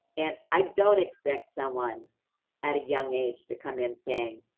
and i don't expect someone at a young age to come in saying,